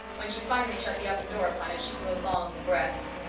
when she finally shut the oven door upon it she drew a long breath.